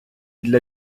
для